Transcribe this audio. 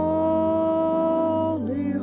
Holy